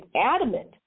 adamant